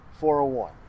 401